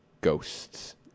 ghosts